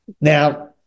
Now